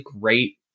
great